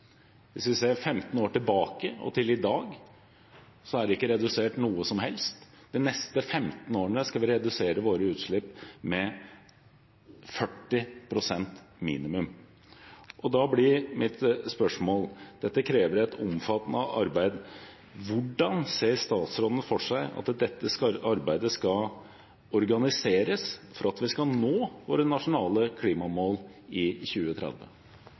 Hvis vi ser 15 år tilbake og fram til i dag, er det ikke redusert noe som helst. De neste 15 årene skal vi redusere våre utslipp med minimum 40 pst. Dette krever et omfattende arbeid. Da blir mitt spørsmål: Hvordan ser statsråden for seg at dette arbeidet skal organiseres for at vi skal nå våre nasjonale klimamål i 2030?